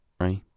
right